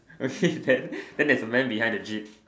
okay then then there's a man behind the jeep